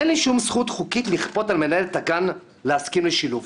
אין לי שום זכות חוקית לכפות על מנהלת הגן להסכים לשילוב.